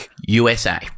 USA